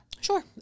Sure